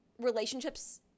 relationships